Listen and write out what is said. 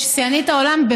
שיאנית העולם,